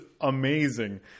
amazing